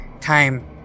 time